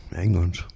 England